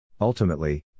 Ultimately